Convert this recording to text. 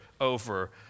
over